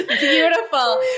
beautiful